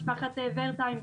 משפחת ורטהיים,